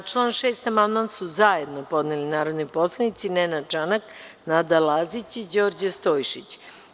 Na član 6. amandman su zajedno podneli narodni poslanici Nenad Čanak, Nada Lazić i Đorđe Stojšić.